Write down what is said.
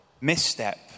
Misstep